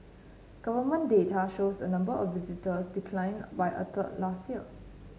government data shows the number of visitors declined by a third last year